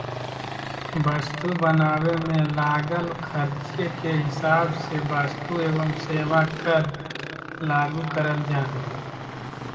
वस्तु बनावे मे लागल खर्चे के हिसाब से वस्तु एवं सेवा कर लागू करल जा हय